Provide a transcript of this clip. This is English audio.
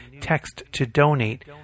text-to-donate